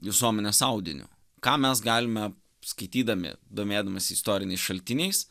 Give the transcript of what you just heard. visuomenės audiniu ką mes galime skaitydami domėdamiesi istoriniais šaltiniais